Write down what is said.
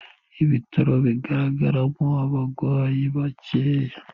Ibitaro bigaragaramo abarwayi bakeya.